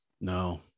no